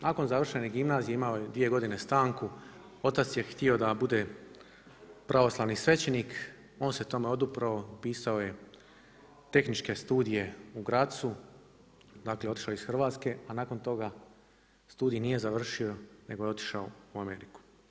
Nakon završene gimnazije imao je 2 godine stanku, otac je htio da bude pravoslavni svećenik, on se tome odupro, pisao je tehničke studije u Grazu, dakle otišao je iz Hrvatske a nakon toga studij nije završio nego je otišao u Ameriku.